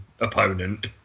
opponent